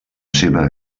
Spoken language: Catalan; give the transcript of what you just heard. seva